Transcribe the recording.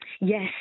Yes